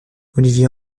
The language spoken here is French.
olivier